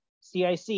CIC